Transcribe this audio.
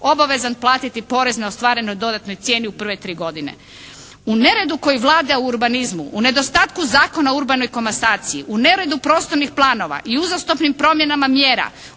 obavezan platiti porez na ostvarenoj dodatnoj cijeni u prve tri godine. U neredu koji vlada u urbanizmu, u nedostatku Zakona urbanoj komastaciji, u neredu prostornih planova i uzastopnim promjenama mjera,